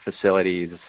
facilities